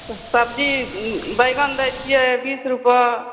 सब्जी बैंगन दै छियै बीस रूपअ